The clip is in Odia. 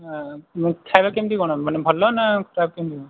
ଆଁ ମିଠାରେ କେମିତି କ'ଣ ମାନେ ଭଲ ନା ଆଁ କେମିତି କ'ଣ